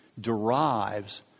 derives